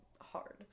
hard